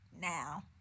now